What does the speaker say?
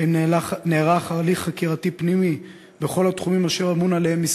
האם נערך הליך חקירתי פנימי בכל התחומים אשר משרדך אמון עליהם,